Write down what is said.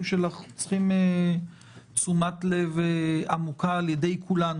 שלך צריכים תשומת לב עמוקה על ידי כולנו,